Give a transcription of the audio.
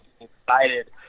excited